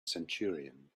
centurion